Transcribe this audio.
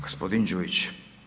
G. Đujić.